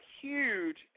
huge